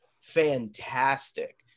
fantastic